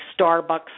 Starbucks